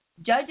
judges